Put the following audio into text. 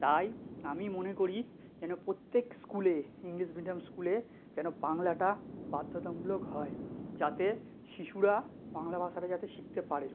তাই আমি মনে করি যেন প্রত্যেক স্কুলে ইংলিশ মিডিয়াম স্কুলে যেন বাংলাটা বাধ্যতামূলক হয় যাতে শিশুরা বাংলা ভাষাটা যাতে শিখতে পারে